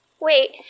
Wait